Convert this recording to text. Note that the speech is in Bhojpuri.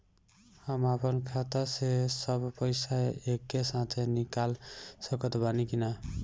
हम आपन खाता से सब पैसा एके साथे निकाल सकत बानी की ना?